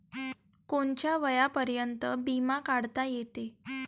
कोनच्या वयापर्यंत बिमा काढता येते?